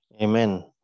Amen